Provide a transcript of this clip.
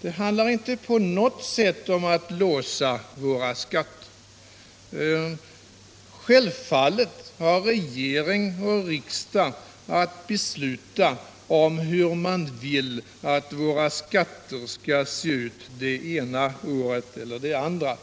Det handlar inte på något sätt om att låsa våra skatter. Självfallet har regering och riksdag att besluta om hur man vill att våra skatter skall se ut det ena och det andra året.